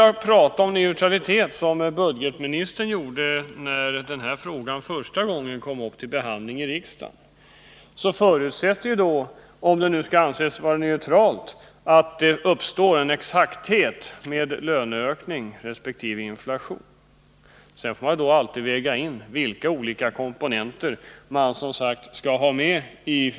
Om man, som budgetministern gjorde när den här frågan första gången behandlades i riksdagen, skall tala om neutralitet, så förutsätter systemet för att kunna anses vara neutralt att det föreligger en exakt överensstämmelse mellan löneökning och inflation. När det sedan gäller att fastställa inflationens storlek får man diskutera vilka komponenter som skall vägas in.